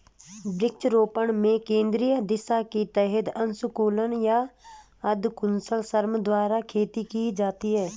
वृक्षारोपण में केंद्रीय दिशा के तहत अकुशल या अर्धकुशल श्रम द्वारा खेती की जाती है